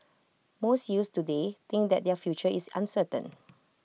most youths today think that their future is uncertain